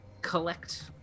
collect